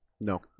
no